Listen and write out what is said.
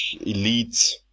elite